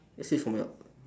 is this from your